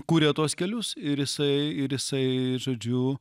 kuria tuos kelius ir jisai ir jisai žodžiu